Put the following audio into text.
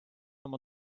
oma